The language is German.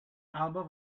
aber